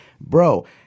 Bro